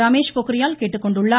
ரமேஷ் பொக்கிரியால் கேட்டுக்கொண்டுள்ளார்